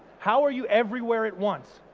how are you everywhere at once?